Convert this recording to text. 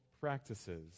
practices